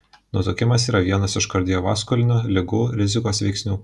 nutukimas yra vienas iš kardiovaskulinių ligų rizikos veiksnių